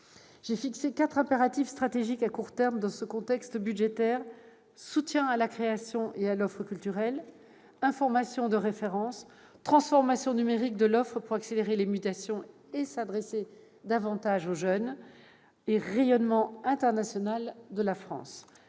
j'ai fixé quatre impératifs stratégiques à court terme : soutien à la création et à l'offre culturelle ; information de référence ; transformation numérique de l'offre pour accélérer les mutations et s'adresser davantage aux jeunes ; rayonnement international de la France.